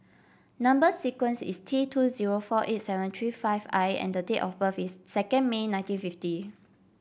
number sequence is T two zero four eight seven three five I and date of birth is second May nineteen fifty